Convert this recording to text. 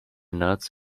nerds